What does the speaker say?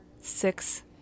six